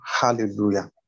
Hallelujah